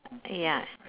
ya